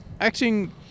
acting